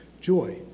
joy